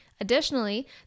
Additionally